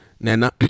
Nana